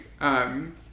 um-